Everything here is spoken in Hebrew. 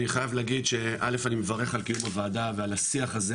אני חייב להגיד שא' אני מברך על קיום הוועדה ועל השיח הזה,